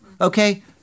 okay